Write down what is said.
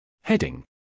Heading